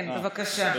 כן, בבקשה.